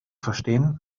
verstehen